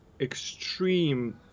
extreme